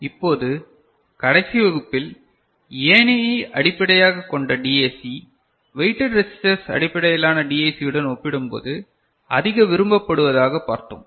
இப்போது கடைசி வகுப்பில் ஏணியை அடிப்படையாகக் கொண்ட டிஏசி வெயிட்டட் ரெசிஸ்டர்ஸ் அடிப்படையிலான டிஏசியுடன் ஒப்பிடும்போது அதிக விரும்பப்படுவதாக பார்த்தோம்